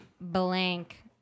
blank